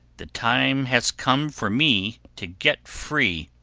the time has come for me to get free!